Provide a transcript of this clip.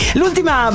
l'ultima